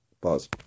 Pause